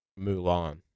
Mulan